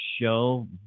Show